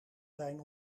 zijn